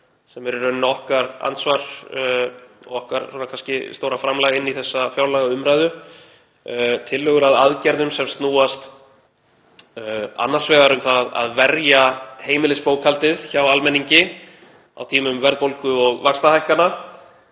sem er í rauninni okkar andsvar, okkar stóra framlag inn í þessa fjárlagaumræðu. Þetta eru tillögur að aðgerðum sem snúast annars vegar um það að verja heimilisbókhaldið hjá almenningi á tímum verðbólgu og vaxtahækkana